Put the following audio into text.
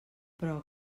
però